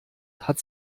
hat